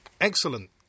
Excellent